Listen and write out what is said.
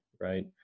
right